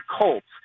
Colts